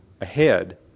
ahead